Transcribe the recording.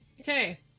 Okay